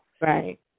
Right